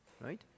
Right